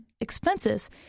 expenses